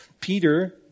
Peter